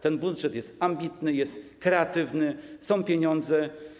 Ten budżet jest ambitny, jest kreatywny, są pieniądze.